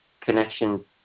connection